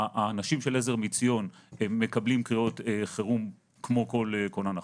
האנשים של עזר מציון מקבלים קריאות חירום כמו כל כונן אחר.